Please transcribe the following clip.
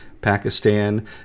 Pakistan